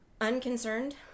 unconcerned